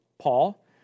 Paul